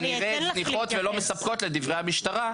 כנראה זניחות ולא מספקות לדברי המשטרה,